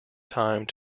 time